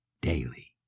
Daily